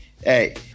Hey